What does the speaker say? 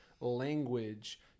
language